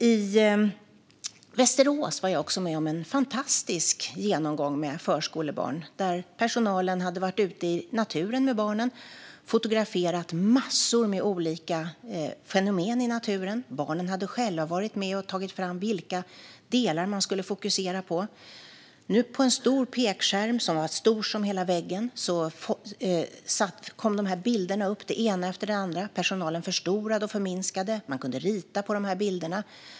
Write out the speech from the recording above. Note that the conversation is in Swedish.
I Västerås var jag också med om en fantastisk genomgång med förskolebarn där personalen hade varit ute i naturen med barnen och fotograferat en massa olika fenomen där. Barnen hade själva varit med och tagit fram vilka delar de skulle fokusera på. På en pekskärm som var stor som hela väggen kom bilderna upp, den ena efter den andra. Personalen förstorade och förminskade, och man kunde rita på bilderna.